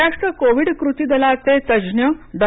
Maharashtra Covid कृती दलाचे तज्ज्ञ डॉ